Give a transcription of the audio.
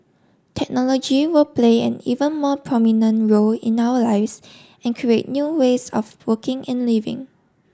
technology will play an even more prominent role in our lives and create new ways of working and living